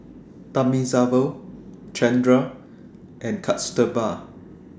Thamizhavel Chandra and Kasturba